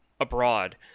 abroad